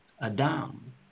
Adam